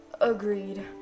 Agreed